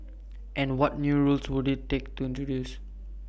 and what new rules would IT take to introduce